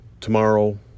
Tomorrow